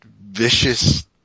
vicious